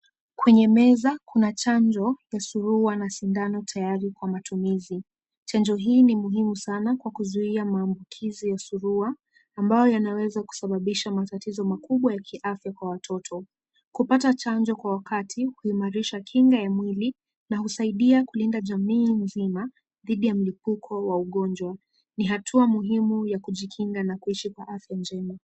Kwenye meza kuna chanjo ya surua na sindano tayari kwa matumizi. Chanjo hili ni muhimu sana kwa kuzuia maambukizi ya surua ambayo yanaweza kusababisha matatizo makubwa ya kiafya kwa watoto. Kupata chanjo kwa wakati huimarisha kinga ya mwili na husaidia kulinda jamii nzima dhidi ya mlipuko wa ugonjwa. Ni hatua muhimu ya kujikinga na kuishi kwa afya njema.